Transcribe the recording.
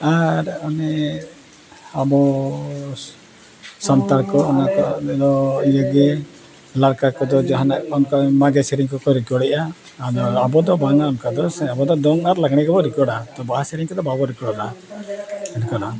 ᱟᱨ ᱚᱱᱮ ᱟᱵᱚ ᱥᱟᱱᱛᱟᱲ ᱠᱚ ᱚᱱᱟ ᱠᱚᱫᱚ ᱤᱭᱟᱹ ᱜᱮ ᱞᱟᱲᱠᱟ ᱠᱚᱫᱚ ᱡᱟᱦᱟᱱᱟᱜ ᱚᱱᱠᱟ ᱢᱟᱜᱮ ᱥᱮᱨᱮᱧ ᱠᱚᱠᱚ ᱨᱮᱠᱚᱨᱰ ᱮᱜᱼᱟ ᱟᱫᱚ ᱟᱵᱚ ᱫᱚ ᱵᱟᱝᱟ ᱚᱱᱠᱟ ᱫᱚ ᱥᱮ ᱟᱵᱚ ᱫᱚ ᱫᱚᱝ ᱟᱨ ᱞᱟᱜᱽᱬᱮ ᱜᱮᱵᱚᱱ ᱨᱮᱠᱚᱨᱰᱟ ᱛᱚ ᱵᱟᱦᱟ ᱥᱮᱨᱮᱧ ᱠᱚᱫᱚ ᱵᱟᱵᱚᱱ ᱨᱮᱠᱚᱨᱰ ᱫᱟ ᱮᱱᱠᱷᱟᱱ ᱦᱟᱸᱜ